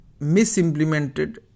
misimplemented